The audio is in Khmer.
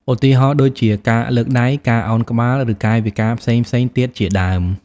ឧទាហរណ៍ដូចជា ការលើកដៃ ការឱនក្បាល ឬកាយវិការផ្សេងៗទៀតជាដើម។